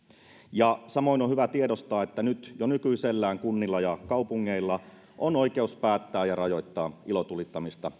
samoin on hyvä tiedostaa että jo nykyisellään kunnilla ja kaupungeilla on oikeus päättää ja rajoittaa ilotulittamista